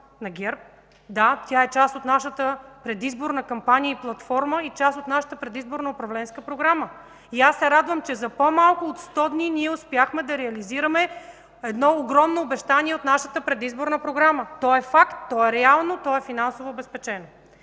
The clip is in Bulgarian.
Да, тя е част от нашата предизборна кампания и платформа и част от нашата предизборна управленска програма. Радвам се, че за по-малко от 100 дни ние успяхме да реализираме едно огромно обещание от нашата предизборна програма. То е факт, то е реално, то е финансово обезпечено.